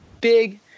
big